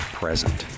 present